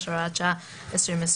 בתקנות שהצגנו היום יש הוראת שעה עד ה-18